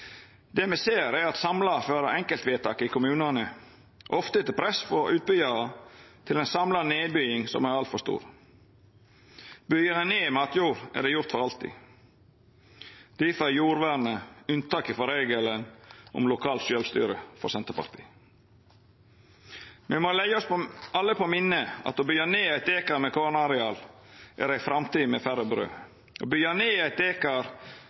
Det me ser, er at samla fører enkeltvedtak i kommunane, ofte etter press frå utbyggjarar, til ei samla nedbygging som er altfor stor. Byggjer ein ned matjord, er det gjort for alltid. Difor er jordvernet unntaket frå regelen om lokalt sjølvstyre for Senterpartiet. Me må alle leggja oss på minne at å byggja ned eit dekar med kornareal er ei framtid med færre brød. Å byggja ned eit